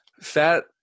Fat